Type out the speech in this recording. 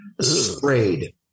sprayed